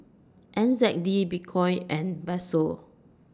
N Z D Bitcoin and Peso